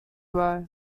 row